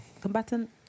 combatant